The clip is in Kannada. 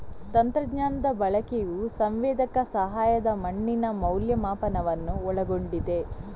ತಂತ್ರಜ್ಞಾನದ ಬಳಕೆಯು ಸಂವೇದಕ ಸಹಾಯದ ಮಣ್ಣಿನ ಮೌಲ್ಯಮಾಪನವನ್ನು ಒಳಗೊಂಡಿದೆ